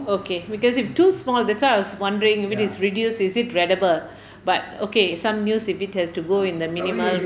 okay because if too small that's why I was wondering if it is reduced is it readible but okay some news have to go in the minimal